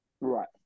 Right